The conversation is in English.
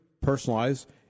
personalized